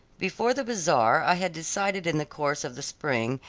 before the bazaar i had decided in the course of the spring,